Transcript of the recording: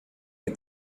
que